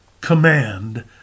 command